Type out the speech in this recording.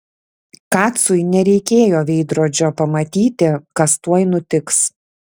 kacui nereikėjo veidrodžio pamatyti kas tuoj nutiks